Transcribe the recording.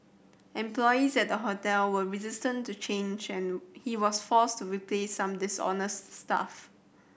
employees at the hotel were resistant to change he was forced to replace some dishonest staff